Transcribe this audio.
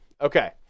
Okay